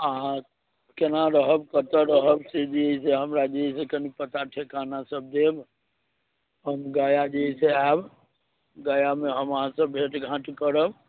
अहाँ केना रहब कतऽ रहब से जे अइ जे से हमरा जे अइ से कनि पता ठेकाना सभ देब हम गया जी से आएब गयामे हम अहाँसँ भेट घाँट करब